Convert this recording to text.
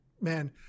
man